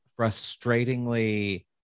frustratingly